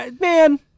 Man